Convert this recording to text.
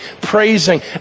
praising